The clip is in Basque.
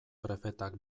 prefetak